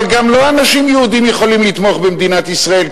אבל גם אנשים לא יהודים יכולים לתמוך במדינת ישראל,